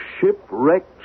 shipwrecked